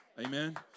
Amen